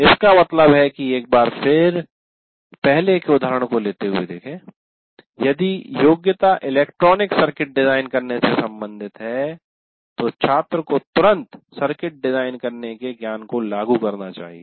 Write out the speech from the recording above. इसका मतलब है कि एक बार फिर पहले के उदाहरण को लेते हुए यदि योग्यता इलेक्ट्रॉनिक सर्किट डिजाइन करने से संबंधित है तो छात्र को तुरंत सर्किट डिजाइन करने के ज्ञान को लागू करना चाहिए